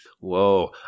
Whoa